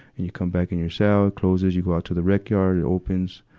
and you come back in you cell, it closes. you go out to the rec yard, it opens.